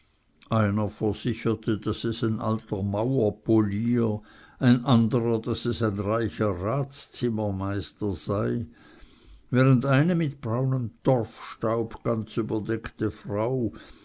einer versicherte daß es ein alter mauerpolier ein anderer daß es ein reicher ratszimmermeister sei während eine mit braunem torfstaub ganz überdeckte frau